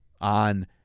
on